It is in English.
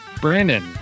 Brandon